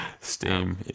Steam